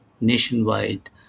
nationwide